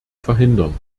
verhindern